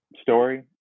story